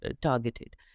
Targeted